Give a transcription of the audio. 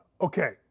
Okay